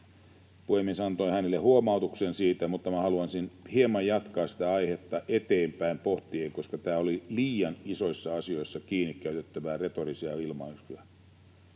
Puhemies antoi hänelle huomautuksen siitä, mutta haluaisin hieman jatkaa sitä aihetta eteenpäin pohtien, koska tämä oli liian isoissa asioissa kiinni olevaa retorista ilmaisua.